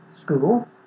school